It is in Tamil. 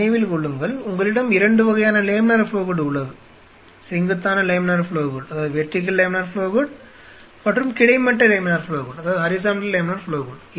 நினைவில் கொள்ளுங்கள் உங்களிடம் 2 வகையான லேமினார் ஃப்ளோ ஹூட் உள்ளது செங்குத்தான லேமினார் ஃப்ளோ ஹூட் மற்றும் கிடைமட்ட லேமினார் ஃப்ளோ ஹூட்